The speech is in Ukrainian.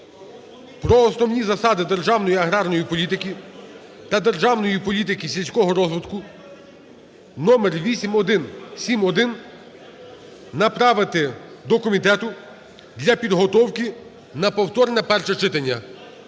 про основні засади державної аграрної політики та державної політики сільського розвитку (№ 8171) направити до комітету для підготовки на повторне перше читання.